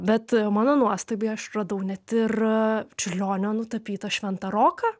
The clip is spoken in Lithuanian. bet mano nuostabai aš radau net ir čiurlionio nutapytą šventą roką